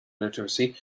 literacy